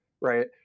right